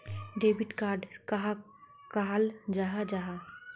Debit card कहाक कहाल जाहा जाहा?